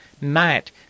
night